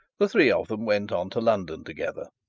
the three of them went on to london together,